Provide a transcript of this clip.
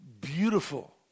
beautiful